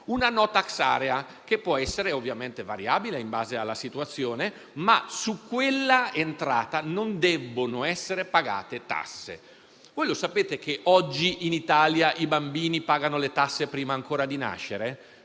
una *no tax area*, che può essere ovviamente variabile in base alla situazione ma su quella entrata non debbono essere pagate tasse. Voi lo sapete che oggi in Italia i bambini pagano le tasse prima ancora di nascere?